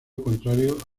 contrario